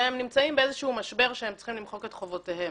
והם נמצאים באיזשהו משבר שבו הם צריכים למחוק את חובותיהם.